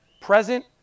present